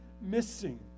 missing